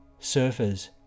surfers